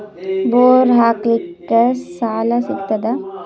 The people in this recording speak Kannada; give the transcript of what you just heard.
ಬೋರ್ ಹಾಕಲಿಕ್ಕ ಸಾಲ ಸಿಗತದ?